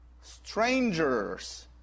strangers